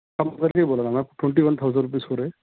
آپ کو پہلے ہی بولا تھا نہ ٹونٹی ون تھاؤزنڈ روپیز ہو رہے